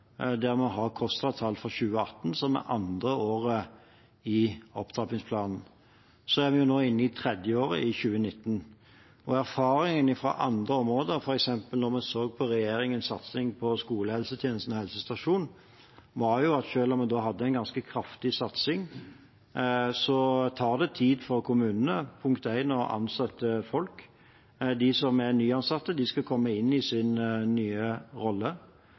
der vi har KOSTRA-tall for 2018, som er det andre året i opptrappingsplanen. Vi er nå inne i det tredje året, 2019. Erfaringene fra andre områder, f.eks. regjeringens satsing på skolehelsetjenesten og helsestasjoner, viser at selv om vi har en ganske kraftig satsing, tar det tid for kommunene – punkt én – å ansette folk. De som er nyansatte, skal komme inn i sin nye rolle,